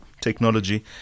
technology